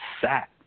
sat